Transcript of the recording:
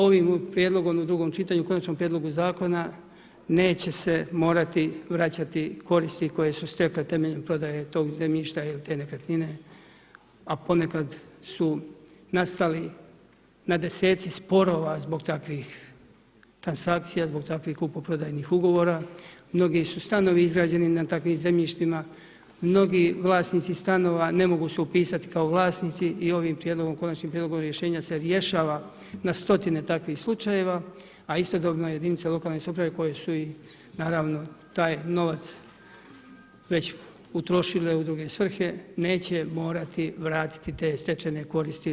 Ovim prijedlogom u drugom čitanju konačnog prijedloga zakona neće se morati vraćati koristi koje su stekle temeljem prodajte tog zemljišta ili te nekretnine, a ponekad su nastali na deseci sporova zbog takvih transakcija, zbog takvih kupoprodajnih ugovora, mnogi su stanovi izgrađeni na takvim zemljištima, mnogi vlasnici stanova ne mogu se upisati kao vlasnici i ovim konačnim prijedlogom zakona se rješava na stotine takvih slučajeva, a istodobno jedinica lokalne samouprave koje su taj novac već utrošile u druge svrhe, neće morati vratiti te stečajne koristi RH.